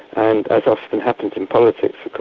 and as often happens in politics